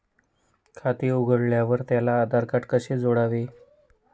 खाते उघडल्यावर त्याला आधारकार्ड कसे जोडायचे?